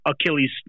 Achilles